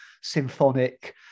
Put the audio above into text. symphonic